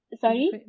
Sorry